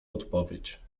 odpowiedź